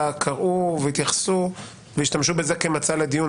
קראו והתייחסו והשתמשו בזה כמצע לדיון.